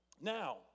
Now